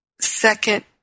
second